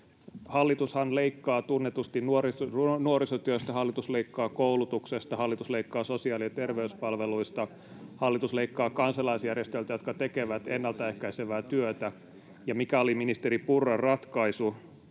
Hallitushan leikkaa tunnetusti nuorisotyöstä, hallitus leikkaa koulutuksesta, hallitus leikkaa sosiaali- ja terveyspalveluista, hallitus leikkaa kansalaisjärjestöiltä, jotka tekevät ennalta ehkäisevää työtä. Ja mikä oli ministeri Purran ratkaisu?